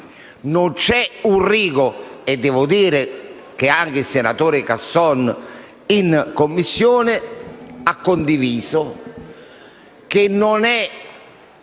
Non c'è un rigo (e devo dire che anche il senatore Casson in Commissione l'ha condiviso), non c'è